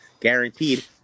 guaranteed